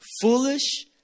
foolish